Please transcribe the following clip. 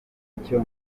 icyo